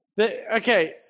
Okay